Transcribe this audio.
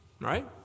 Right